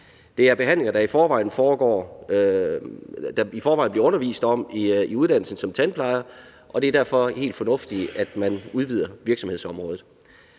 Det er behandlinger, der i forvejen bliver undervist i på uddannelsen som tandplejer, og det er derfor helt fornuftigt, at man udvider virksomhedsområdet.